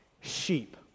Sheep